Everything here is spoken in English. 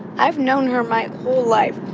i've known her my whole life.